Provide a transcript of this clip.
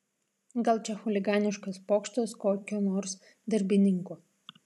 gal čia chuliganiškas pokštas kokio nors darbininko